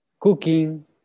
cooking